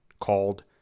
called